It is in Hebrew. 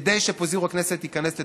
כדי שפיזור הכנסת ייכנס לתוקף.